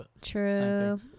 True